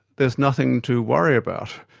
there's nothing to worry about,